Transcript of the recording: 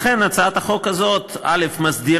לכן הצעת החוק הזאת מסדירה